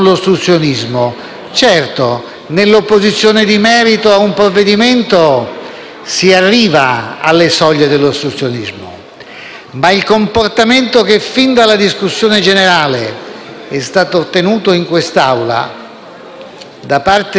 ma il comportamento che fin dalla discussione generale è stato tenuto in quest'Aula da parte di quei colleghi che non hanno ritenuto il lavoro del Parlamento, in questa circostanza, degno di un loro contributo